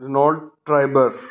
Renault Triber